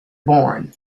born